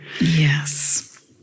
Yes